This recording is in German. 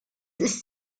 ist